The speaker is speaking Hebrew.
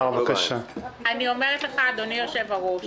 אני אומרת לך אדוני היושב-ראש,